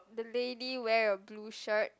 the lady wear a blue shirt